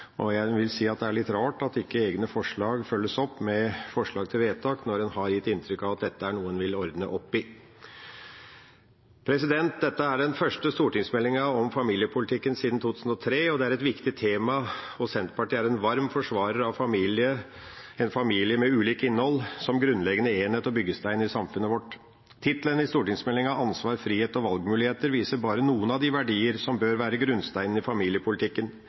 opptreden. Jeg vil si at det er litt rart at ikke egne forslag følges opp med forslag til vedtak når en har gitt inntrykk av at dette er noe en vil ordne opp i. Dette er den første stortingsmeldinga om familiepolitikken siden 2003, og det er et viktig tema. Senterpartiet er en varm forsvarer av en familie med ulikt innhold som grunnleggende enhet og byggestein i samfunnet vårt. Tittelen i stortingsmeldinga – ansvar, frihet og valgmuligheter – viser bare noen av de verdier som bør være grunnsteinen i familiepolitikken.